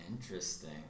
Interesting